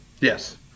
Yes